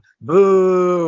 Boo